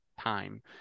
time